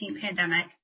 pandemic